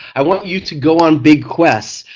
i want you to go on big quests,